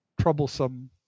troublesome